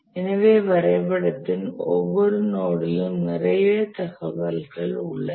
எனவே வரைபடத்தின் ஒவ்வொரு நோடிலும் நிறைய தகவல்கள் உள்ளன